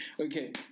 Okay